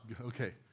Okay